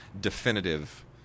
definitive